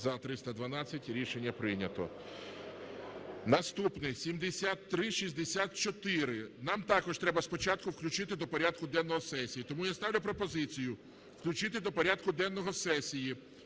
За-312 Рішення прийнято. Наступний 7364. Нам також треба спочатку включити до порядку денного сесії. Тому я ставлю пропозицію включити до порядку денного сесії